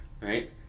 right